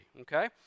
okay